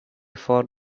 for